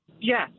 Yes